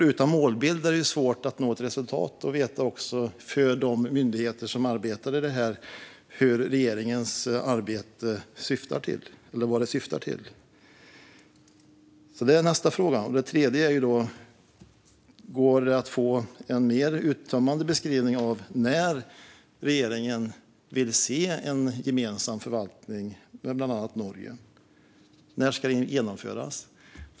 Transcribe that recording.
Utan målbild är det svårt att nå ett resultat och för de myndigheter som arbetar med detta att veta vad regeringens arbete syftar till. Min tredje fråga är om det går att få en mer uttömmande beskrivning av när regeringen vill se en gemensam förvaltning med bland annat Norge. När ska detta genomföras?